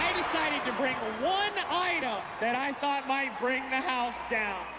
decided to bring one item that i thought might bring the house down.